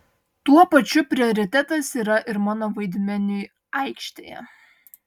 tuo pačiu prioritetas yra ir mano vaidmeniui aikštėje